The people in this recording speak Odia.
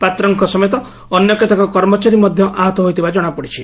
ପାତ୍ରଙ୍କ ସମେତ ଅନ୍ୟ କେତେକ କର୍ମଚାରୀ ମଧ୍ଧ ଆହତ ହୋଇଥିବା ଜଣାପଡ଼ିଛି